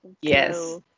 yes